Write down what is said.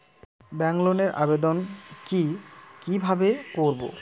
Bank লোনের আবেদন কি কিভাবে করব?